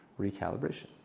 recalibration